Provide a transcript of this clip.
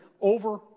over